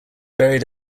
buried